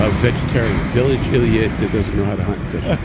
ah vegetarian village idiot that doesn't know how to hunt and fish.